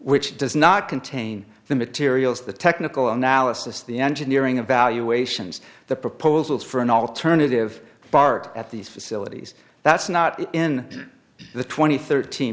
which does not contain the materials the technical analysis the engineering evaluations the proposals for an alternative part at these facilities that's not in the twenty thirteen